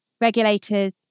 Regulators